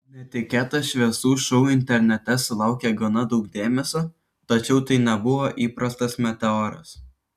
netikėtas šviesų šou internete sulaukė gana daug dėmesio tačiau tai nebuvo įprastas meteoras